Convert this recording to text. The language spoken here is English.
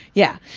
yeah,